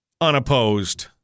unopposed